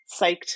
psyched